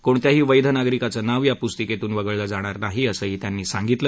कोणत्याही वैध नागरिकाचं नाव या पुस्तिकेतून वगळलं जाणार नाही असंही त्यांनी सांगितलं